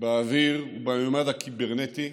באוויר ובממד הקיברנטי,